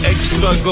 Extra